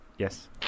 Yes